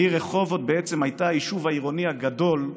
העיר רחובות בעצם הייתה היישוב העירוני הגדול,